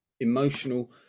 emotional